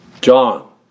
John